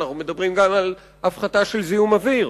אנחנו מדברים גם על הפחתה של זיהום אוויר.